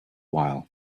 while